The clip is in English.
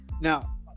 Now